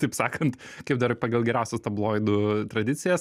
taip sakant kaip dar pagal geriausias tabloidų tradicijas